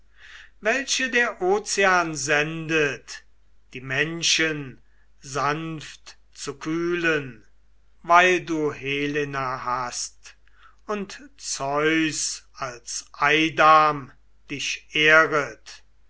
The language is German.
welche der ozean sendet die menschen sanft zu kühlen weil du helena hast und zeus als eidam dich ehret